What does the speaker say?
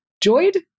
Joyed